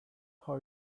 how